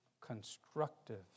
constructive